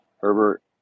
Herbert